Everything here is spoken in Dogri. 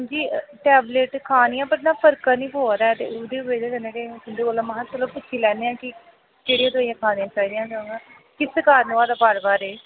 हां जी टैबलेट खा नी आं पर ओह्दे ने फर्क नि पोआ दा ऐ ते ओह्दी बजह कन्नै गै मै तुं'दे कोलू महा पुच्छी लैन्ने आं कि केह्डियां दोआइयां खानियां चांहिदिया किस कारण होआ दा बार बार एह्